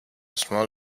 small